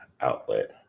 outlet